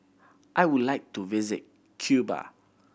I would like to visit Cuba